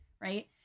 right